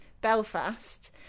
Belfast